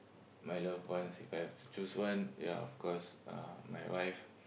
my loved ones If I have to choose one ya of course uh my wife